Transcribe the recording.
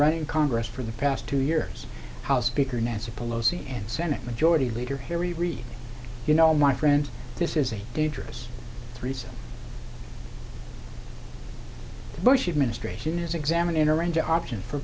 running congress for the past two years house speaker nancy pelosi and senate majority leader harry reid you know my friend this is a dangerous threesome the bush administration is examiner into option for